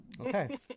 Okay